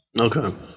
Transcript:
Okay